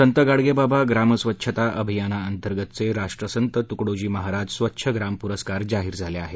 संत गाडगेबाबा ग्राम स्वच्छता अभियाना अंतर्गतचे राष्ट्रसंत तुकडोजी महाराज स्वच्छ ग्राम पुरस्कार जाहीर झाले आहेत